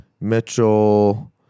Mitchell